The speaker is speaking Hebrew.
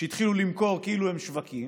שהתחילו למכור כאילו הם שווקים,